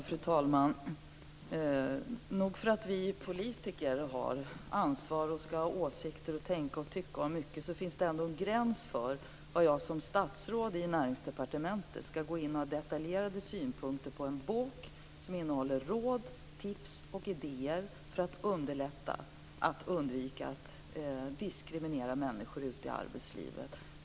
Fru talman! Nog för att vi politiker har ansvar, ska ha åsikter och ska tänka och tycka om mycket, men det finns ändå en gräns för hur jag som statsråd i Näringsdepartementet ska gå in och ha detaljerade synpunkter på en bok som innehåller, råd, tips och idéer för att underlätta att undvika att diskriminera människor ute i arbetslivet.